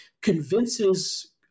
convinces